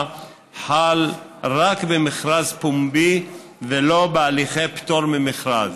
חל רק במכרז פומבי ולא בהליכי פטור ממכרז.